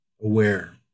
aware